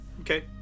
Okay